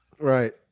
Right